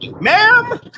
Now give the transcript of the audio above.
Ma'am